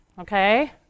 okay